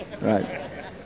Right